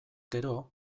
gero